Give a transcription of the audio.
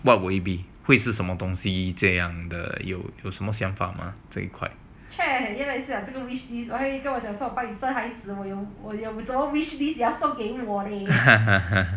what would it be 会是什么东西这样的有有什么想法吗这一块